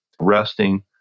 Resting